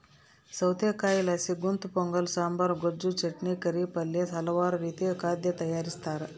ಸೌತೆಕಾಯಿಲಾಸಿ ಗುಂತಪೊಂಗಲ ಸಾಂಬಾರ್, ಗೊಜ್ಜು, ಚಟ್ನಿ, ಕರಿ, ಪಲ್ಯ ಹಲವಾರು ರೀತಿಯ ಖಾದ್ಯ ತಯಾರಿಸ್ತಾರ